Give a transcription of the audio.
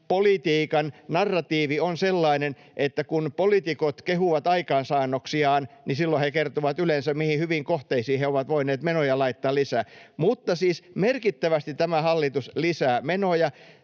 politiikan narratiivi on sellainen, että kun poliitikot kehuvat aikaansaannoksiaan, niin silloin he kertovat yleensä, mihin hyviin kohteisiin he ovat voineet menoja laittaa lisää. Mutta siis merkittävästi tämä hallitus lisää menoja.